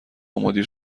مدیر